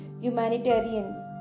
humanitarian